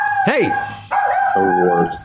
Hey